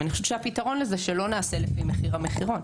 אני חושבת שהפתרון הזה שלא נעשה לפי מחיר המחירון.